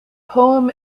poem